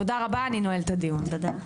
תודה רבה, אני נועלת את הדיון.